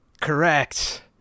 Correct